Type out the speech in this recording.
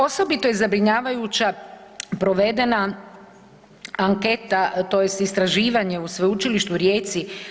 Osobito je zabrinjavajuća provedena anketa, tj. istraživanje u Sveučilištu u Rijeci.